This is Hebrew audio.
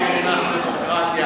המונח דמוקרטיה.